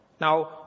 Now